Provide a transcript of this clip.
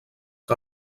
que